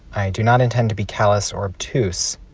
i do not intend to be callous or obtuse,